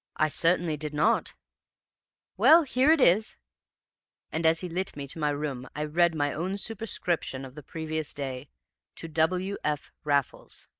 i certainly did not well, here it is and, as he lit me to my room, i read my own superscription of the previous day to w. f. raffles!